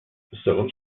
segons